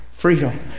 Freedom